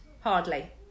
hardly